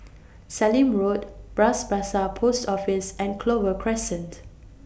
Sallim Road Bras Basah Post Office and Clover Crescent